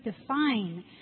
define